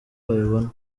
babibona